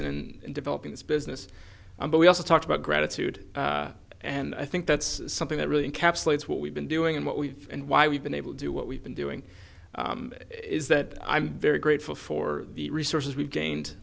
and developing this business but we also talked about gratitude and i think that's something that really encapsulates what we've been doing and what we've and why we've been able to do what we've been doing is that i'm very grateful for the resources we've gained